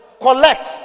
collect